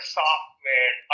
software